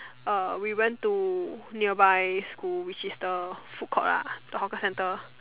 uh we went to nearby school which is the food court lah the hawker center